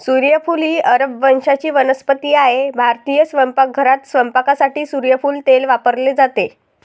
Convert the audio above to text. सूर्यफूल ही अरब वंशाची वनस्पती आहे भारतीय स्वयंपाकघरात स्वयंपाकासाठी सूर्यफूल तेल वापरले जाते